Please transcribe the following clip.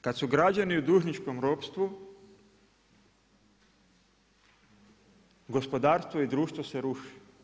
Kada su građani u dužničkom ropstvu, gospodarstvo i društvo se ruši.